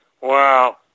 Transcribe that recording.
Wow